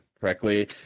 correctly